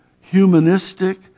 humanistic